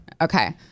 Okay